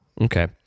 Okay